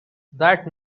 that